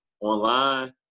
online